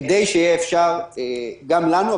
כדי שיהיה אפשר גם לנו,